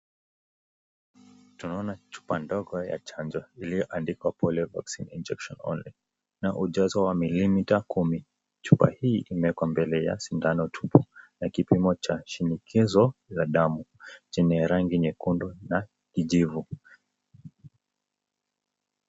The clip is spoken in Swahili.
Tunaona chupa ndogo ya chanjo iliyoandikwa polio injection vaccine only , na ujazo wa milita kumi, chupa hii imewekwa mbele ya sindano ya kipimo cha shinikizo ya damu ni ya rangi nyekundu na kijivu.